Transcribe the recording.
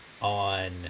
on